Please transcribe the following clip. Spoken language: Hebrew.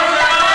לא,